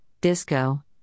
Disco